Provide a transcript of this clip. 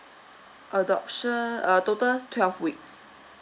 adoption uh total twelve weeks